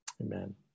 amen